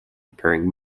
appearing